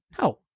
No